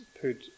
put